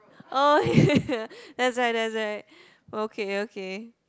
oh ya that's right that's right okay okay